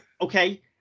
okay